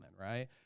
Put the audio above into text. Right